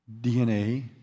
DNA